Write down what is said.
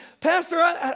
Pastor